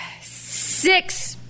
Six